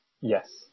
Yes